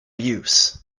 use